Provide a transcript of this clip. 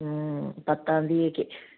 പത്താം തീയതിയിലേക്ക്